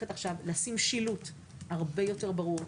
עכשיו לשים שילוט בשדה הרבה יותר ברור,